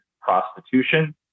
prostitution